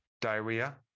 diarrhea